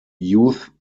youth